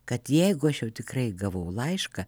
kad jeigu aš jau tikrai gavau laišką